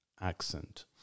accent